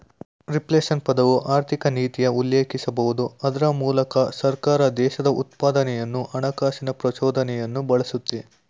reflation ಪದವು ಆರ್ಥಿಕನೀತಿಯ ಉಲ್ಲೇಖಿಸಬಹುದು ಅದ್ರ ಮೂಲಕ ಸರ್ಕಾರ ದೇಶದ ಉತ್ಪಾದನೆಯನ್ನು ಹಣಕಾಸಿನ ಪ್ರಚೋದನೆಯನ್ನು ಬಳಸುತ್ತೆ